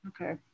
okay